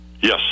Yes